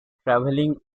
traveling